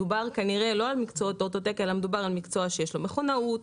מדובר כנראה לא על מקצועות אוטו-טק אלא מדובר על מקצוע שיש לו מכונאות,